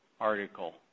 article